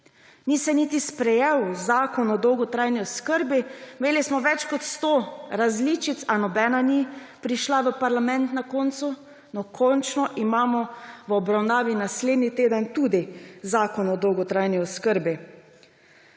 Ni se niti sprejel zakon o dolgotrajni oskrbi. Imeli smo več kot sto različic, a na koncu nobena ni prišla v parlament. No, končno imamo v obravnavi naslednji teden tudi zakon o dolgotrajni oskrbi.